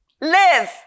Live